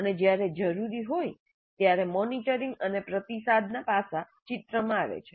અને જ્યારે જરૂરી હોય ત્યારે મોનિટરિંગ અને પ્રતિસાદ પાસા ચિત્રમાં આવે છે